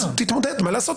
אז תתמודד, מה לעשות?